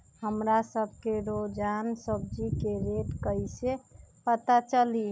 हमरा सब के रोजान सब्जी के रेट कईसे पता चली?